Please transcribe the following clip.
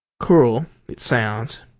cruel it sounds.